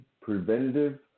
preventative